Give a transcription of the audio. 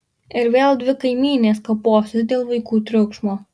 ir vėl dvi kaimynės kaposis dėl vaikų triukšmo